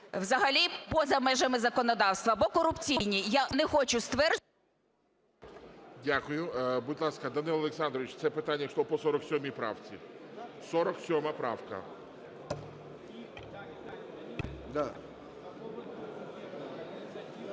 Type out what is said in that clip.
взагалі поза межами законодавства, або корупційні. Я не хочу стверджувати… ГОЛОВУЮЧИЙ. Дякую. Будь ласка, Данило Олександрович, це питання йшло по 47 правці. 47 правка.